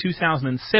2007